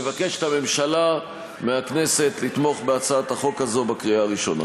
מבקשת הממשלה מהכנסת לתמוך בהצעת החוק הזו בקריאה הראשונה.